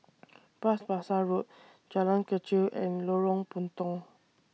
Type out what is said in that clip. Bras Basah Road Jalan Kechil and Lorong Puntong